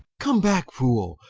come backe foole,